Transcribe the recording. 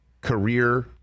career